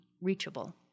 reachable